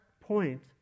point